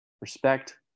Respect